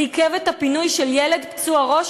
זה עיכב את הפינוי של ילד פצוע ראש,